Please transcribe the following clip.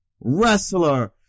wrestler